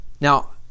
Now